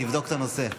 תבדוק את הנושא.